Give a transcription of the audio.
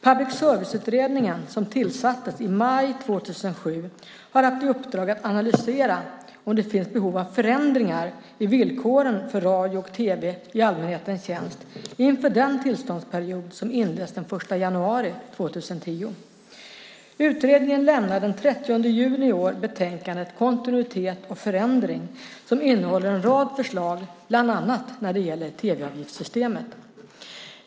Public service-utredningen, som tillsattes i maj 2007, har haft i uppdrag att analysera om det finns behov av förändringar i villkoren för radio och tv i allmänhetens tjänst inför den tillståndsperiod som inleds den 1 januari 2010. Utredningen lämnade den 30 juni i år betänkandet Kontinuitet och förändring , som innehåller en rad förslag bland annat när det gäller tv-avgiftssystemet.